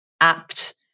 apt